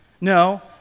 No